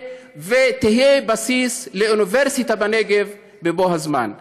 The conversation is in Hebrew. ותהיה בסיס לאוניברסיטה בנגב בבוא הזמן.